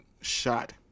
shot